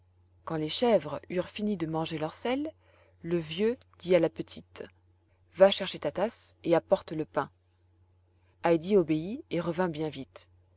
quand les chèvres eurent fini de manger leur sel le vieux dit à la petite va chercher ta tasse et apporte le pain heidi obéit et revint bien vite